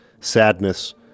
sadness